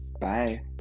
Bye